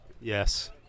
Yes